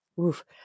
Oof